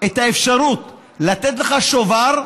את האפשרות לתת לך שובר,